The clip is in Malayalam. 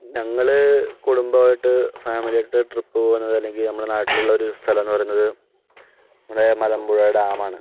ഞങ്ങള് കുടുംബായിട്ട് ഫാമിലി ആയിട്ട് ട്രിപ്പ് പോകുന്നത് അല്ലങ്കിൽ നമ്മുടെ നാട്ടിലുള്ളൊരു സ്ഥലം എന്ന് പറയുന്നത് അതെ മലമ്പുഴ ഡാമാണ്